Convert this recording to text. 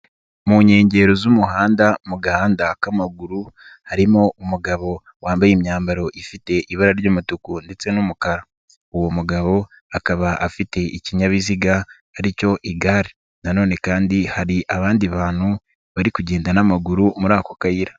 Mu inkengero z'umuhanda mu gahanda k'amaguru harimo umugabo wambaye imyambaro ifite ibara ry'umutuku ndetse n'umukara. Uwo mugabo akaba afite ikinyabiziga aricyo igare. Nanone kandi hari abandi bantu bari kugenda n'amaguru muri ako kayira.